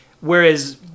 Whereas